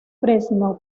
fresno